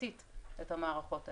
אחזקתית את המערכות האלה.